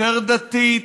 יותר דתית,